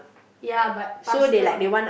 ya but pastor